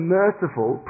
merciful